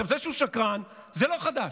זה שהוא שקרן, זה לא חדש.